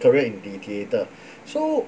career in the theatre so